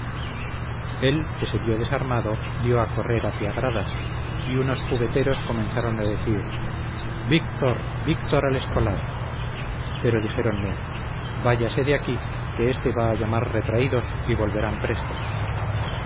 él que se vió desarmado dió a correr hacia gradas y unos jubeteros comenzaron a decir víctor víctor al escolar pero dijeronme váyase de aquí que este va a llamar retraídos y volverán presto